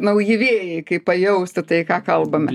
nauji vėjai kaip pajausti tai ką kalbame